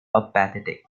apathetic